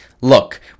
Look